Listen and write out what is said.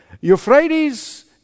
Euphrates